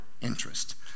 interest